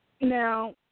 Now